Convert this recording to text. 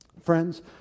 Friends